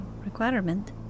requirement